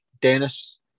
Dennis